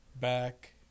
back